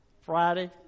Friday